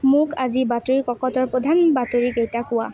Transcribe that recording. মোক আজিৰ বাতৰি কাকতৰ প্ৰধান বাতৰিকেইটা কোৱা